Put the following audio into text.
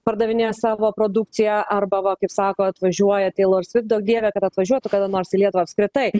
pardavinės savo produkciją arba va kaip sako atvažiuoja teilor svift duok dieve kad atvažiuotų kada nors į lietuvą apskritai